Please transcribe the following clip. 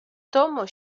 тому